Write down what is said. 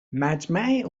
مجمع